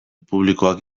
publikoak